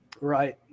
Right